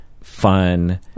fun